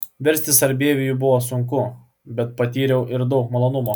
versti sarbievijų buvo sunku bet patyriau ir daug malonumo